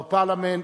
our parliament,